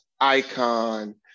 icon